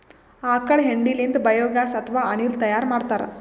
ಆಕಳ್ ಹೆಂಡಿ ಲಿಂತ್ ಬಯೋಗ್ಯಾಸ್ ಅಥವಾ ಅನಿಲ್ ತೈಯಾರ್ ಮಾಡ್ತಾರ್